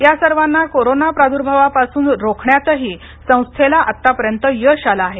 या सर्वांना कोरोना प्रादूर्भावापासून रोखण्यातही संस्थेला आता पर्यंत यश आलं आहे